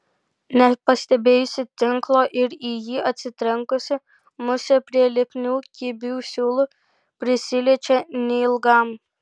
nepastebėjusi tinklo ir į jį atsitrenkusi musė prie lipnių kibių siūlų prisiliečia neilgam